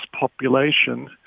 population